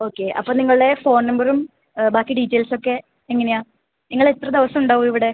okay അപ്പം നിങ്ങളുടെ phone നമ്പറും ബാക്കി ഡീറ്റെയിൽസ് ഒക്കെ എങ്ങനെയാണ് നിങ്ങൾ എത്ര ദിവസം ഉണ്ടാകും ഇവിടെ